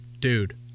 dude